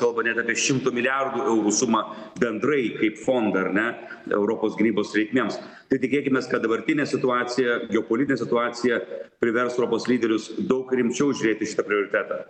kalba net apie šimto milijardų eurų sumą bendrai kaip fondą ar ne europos gynybos reikmėms tai tikėkimės kad dabartinė situacija geopolitinė situacija privers europos lyderius daug rimčiau žiūrėt į šitą prioritetą